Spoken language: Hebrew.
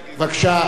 בבקשה,